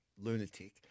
lunatic